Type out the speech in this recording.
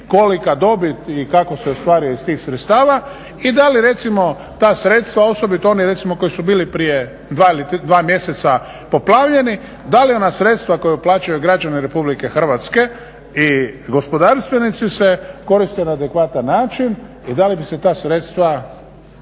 kolika dobit i kako se ostvaruje iz tih sredstava i da li recimo ta sredstva, osobito oni recimo koji su bili prije 2 mjeseca poplavljeni, da li ona sredstva koji uplaćuju građani RH i gospodarstvenici se koriste na adekvatan način i da li bi se ta sredstva